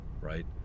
right